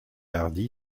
hardy